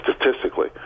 statistically